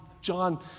John